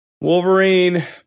wolverine